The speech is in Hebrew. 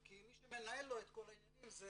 כי מי שמנהל לו את כל העניינים זה